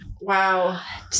Wow